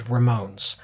Ramones